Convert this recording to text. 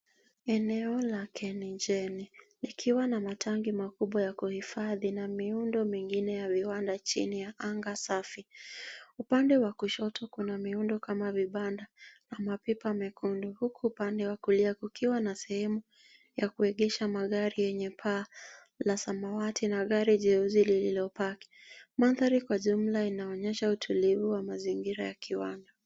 Eneo la KenGen likiwa na matangi makubwa ya kuhifadhi na miundo mingine ya viwanda chini ya anga safi. Upande wa kushoto, kuna miundo kama vibanda na mapipa mekundu, huku upande wa kulia, kukiwa na sehemu ya kuegesha magari yenye paa la samawati na gari jeusi lililopaki. Mandhari kwa jumla inaonyesha utulivu wa mazingira ya kiwanda.